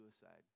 suicide